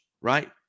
right